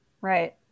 Right